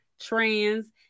trans